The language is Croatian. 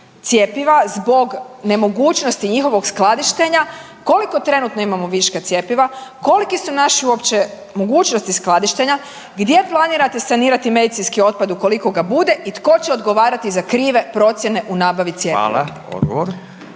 cjepiva zbog nemogućnosti njihovog skladištenja koliko trenutno imamo viška cjepiva, koliki su naše uopće mogućnosti skladištenja, gdje planirate sanirati medicinski otpad ukoliko ga bude i tko će odgovarati za krive procjene u nabavi cjepiva? **Radin,